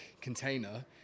container